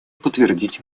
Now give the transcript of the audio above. подтвердить